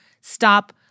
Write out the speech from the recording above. stop